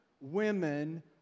women